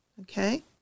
Okay